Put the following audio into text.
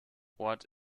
ort